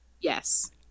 Yes